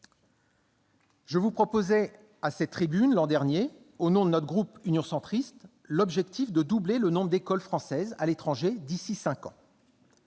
Je vous proposais à cette tribune l'an dernier, au nom du groupe Union Centriste, l'objectif de doubler le nombre d'écoles françaises à l'étranger d'ici à cinq ans.